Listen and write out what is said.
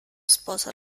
sposa